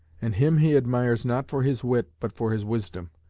and him he admires not for his wit but for his wisdom.